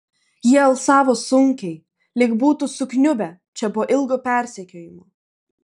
jie alsavo sunkiai lyg būtų sukniubę čia po ilgo persekiojimo